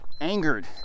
angered